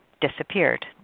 disappeared